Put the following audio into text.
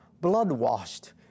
blood-washed